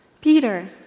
Peter